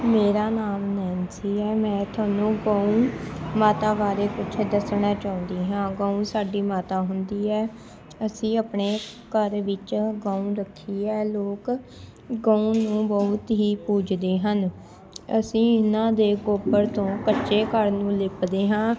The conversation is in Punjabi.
ਮੇਰਾ ਨਾਮ ਨੈਨਸੀ ਹੈ ਮੈਂ ਤੁਹਾਨੂੰ ਗਊ ਮਾਤਾ ਬਾਰੇ ਕੁਛ ਦੱਸਣਾ ਚਾਹੁੰਦੀ ਹਾਂ ਗਊ ਸਾਡੀ ਮਾਤਾ ਹੁੰਦੀ ਹੈ ਅਸੀਂ ਆਪਣੇ ਘਰ ਵਿੱਚ ਗਊ ਰੱਖੀ ਹੈ ਲੋਕ ਗਊ ਨੂੰ ਬਹੁਤ ਹੀ ਪੂਜਦੇ ਹਨ ਅਸੀਂ ਇਹਨਾਂ ਦੇ ਗੋਬਰ ਤੋਂ ਕੱਚੇ ਘਰ ਨੂੰ ਲਿੱਪਦੇ ਹਾਂ